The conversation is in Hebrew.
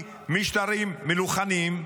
ממשטרים מלוכניים,